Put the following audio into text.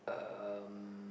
um